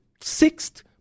sixth